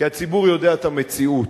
כי הציבור יודע את המציאות.